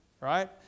right